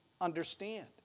understand